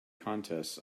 contests